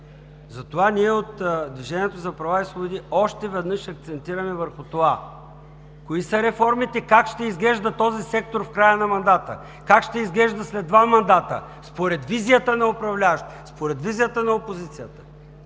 за права и свободи“ още веднъж акцентираме върху това: кои са реформите? Как ще изглежда този сектор в края на мандата, как ще изглежда след два мандата според визията на управляващите, според визията на опозицията?